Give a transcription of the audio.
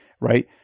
Right